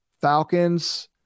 Falcons